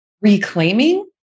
reclaiming